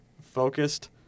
focused